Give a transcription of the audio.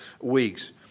weeks